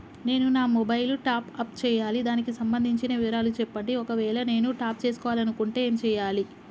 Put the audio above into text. నేను నా mobile top up చేయాలి దానికి సంబంధించిన వివరాలు చెప్పండి ఒకవేళ నేను టాప్ చేసుకోవాలనుకుంటే ఏం చేయాలి?